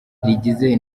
rigizwe